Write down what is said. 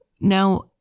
Now